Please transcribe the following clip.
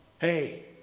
Hey